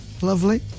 Lovely